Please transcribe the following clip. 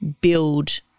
build